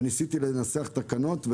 וניסיתי לנסח תקנות,